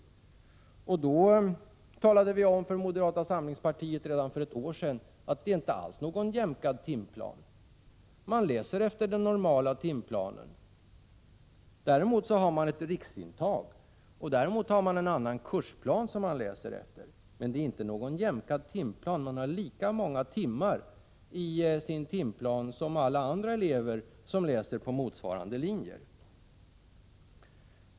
Redan för ett år sedan talade vi om för moderata samlingspartiet att det är inte alls någon jämkad timplan. Man läser efter den normala timplanen. Däremot har man ett riksintag, och man läser efter en annan kursplan, men det är inte någon jämkad timplan. Man har lika många timmar i sin timplan som alla andra elever som läser på motsvarande linjer.